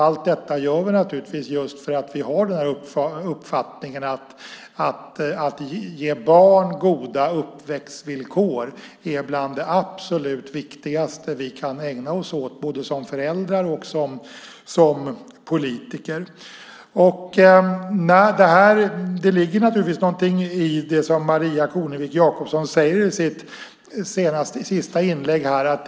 Allt detta gör vi just för att vi har uppfattningen att bland det absolut viktigaste vi kan ägna oss åt både som föräldrar och som politiker är att ge barn goda uppväxtvillkor. Det ligger naturligtvis någonting i det som Maria Kornevik Jakobsson sade i sitt sista inlägg.